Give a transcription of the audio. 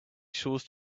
chores